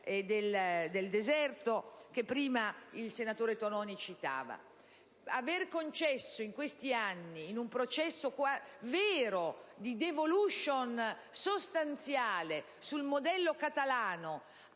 del deserto, che prima il senatore Tonini citava. Aver concesso in questi anni, con un processo vero di *devolution* sostanziale sul modello catalano,